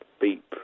beep